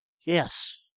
Yes